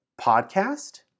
podcast